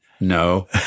No